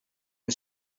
and